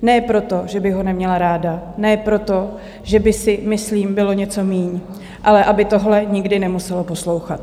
Ne proto, že bych ho neměla ráda, ne proto, že by myslím bylo něco méně, ale aby tohle nikdy nemuselo poslouchat.